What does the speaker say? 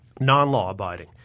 non-law-abiding